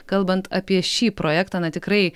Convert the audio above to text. kalbant apie šį projektą na tikrai